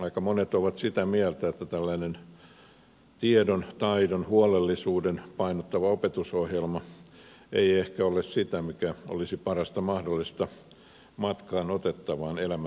aika monet ovat sitä mieltä että tällainen tietoa taitoa huolellisuutta painottava opetusohjelma ei ehkä ole sitä mikä olisi parasta mahdollista matkaan otettavaa elämän tielle